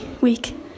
week